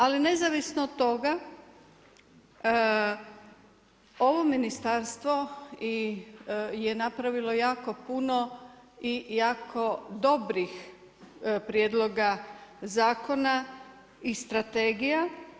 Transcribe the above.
Ali nezavisno od toga ovo ministarstvo je napravilo jako puno i jako dobrih prijedloga zakona i strategija.